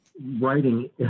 writing